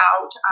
out